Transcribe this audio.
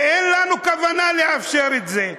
ואין לנו כוונה לאפשר את זה.